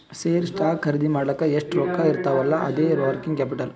share, stock ಖರ್ದಿ ಮಾಡ್ಲಕ್ ಎಷ್ಟ ರೊಕ್ಕಾ ಇರ್ತಾವ್ ಅಲ್ಲಾ ಅದೇ ವರ್ಕಿಂಗ್ ಕ್ಯಾಪಿಟಲ್